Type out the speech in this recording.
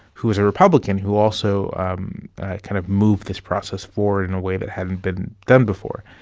who was a republican who also um kind of moved this process forward in a way that hadn't been done before.